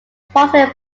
sparsely